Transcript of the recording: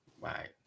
Right